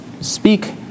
speak